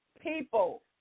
people